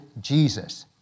Jesus